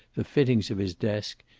the fittings of his desk,